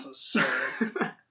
sir